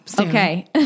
Okay